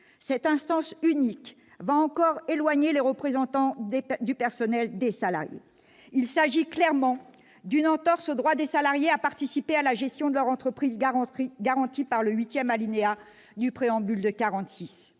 Cette instance unique va encore éloigner les représentants du personnel des salariés. Il s'agit clairement d'une entorse au droit des salariés à participer à la gestion de leur entreprise, droit garanti par le huitième alinéa du Préambule de 1946.